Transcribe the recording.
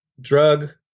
drug